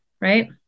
right